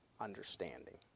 understanding